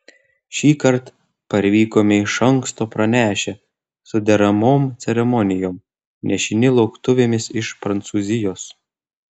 šįkart parvykome iš anksto pranešę su deramom ceremonijom nešini lauktuvėmis iš prancūzijos